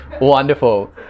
wonderful